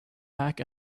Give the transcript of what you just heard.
back